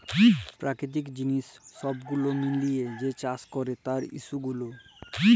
পেরাকিতিক জিলিস ছব গুলা মিলাঁয় যে চাষ ক্যরে তার ইস্যু গুলা